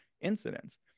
incidents